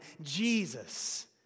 Jesus